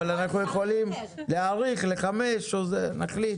אבל אנחנו יכולים להאריך לחמש, נחליט.